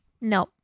no